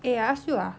eh I ask you ah